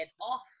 off